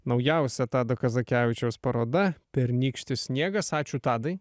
naujausia tado kazakevičiaus paroda pernykštis sniegas ačiū tadai